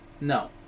no